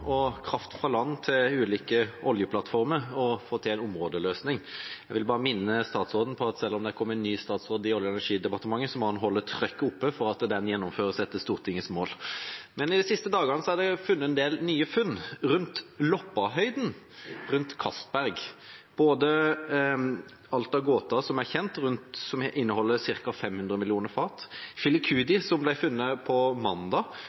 kraft fra land til ulike oljeplattformer og når det gjelder å få til en områdeløsning. Jeg vil bare minne statsråden på at selv om det har kommet en ny statsråd i Olje- og energidepartementet, må han holde trykket oppe for å sørge for at det gjennomføres etter Stortingets mål. De siste dagene er det gjort en del nye funn rundt Loppahøyden ved Johan Castberg-feltet: Alta/Gotha-feltet, som er kjent, og som inneholder ca. 500 millioner fat, og Filicudi, som ble funnet på mandag,